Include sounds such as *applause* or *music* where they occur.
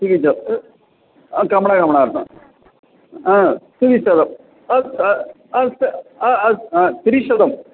त्रिजप्त् गमनागमनार्थम् अ त्रिशतम् अस्तु अस्तु *unintelligible* त्रिशतम्